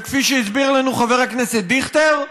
וכפי שהסביר לנו חבר הכנסת דיכטר,